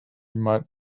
might